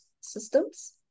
systems